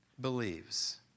believes